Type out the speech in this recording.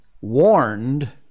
warned